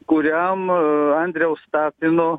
kuriam andriaus tapino